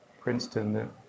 Princeton